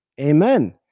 Amen